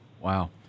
Wow